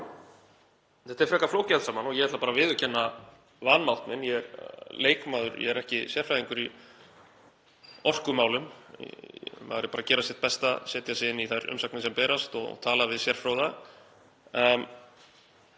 Þetta er frekar flókið allt saman og ég ætla bara að viðurkenna vanmátt minn, ég leikmaður er ekki sérfræðingur í orkumálum, maður er bara að gera sitt besta, setja sig inn í þær umsagnir sem berast og tala við sérfróða.